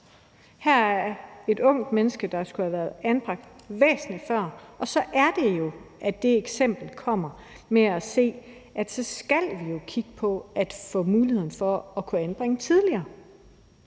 Her er et ungt menneske, der skulle have været anbragt væsentlig før. Og så er det jo, at det eksempel kommer med at kigge på, at vi skal have mulighed for at kunne anbringe tidligere.